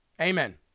Amen